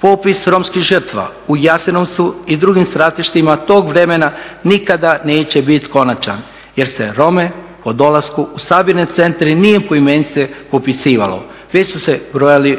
Popis romskih žrtva u Jasenovcu i drugim stratištima tog vremena nikada neće bit konačan jer se Rome po dolasku u sabirne centre nije poimenice popisivalo već su se brojali